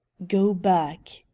go back!